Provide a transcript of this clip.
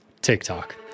TikTok